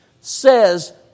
says